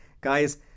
Guys